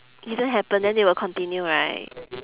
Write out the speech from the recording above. didn't happen then they will continue right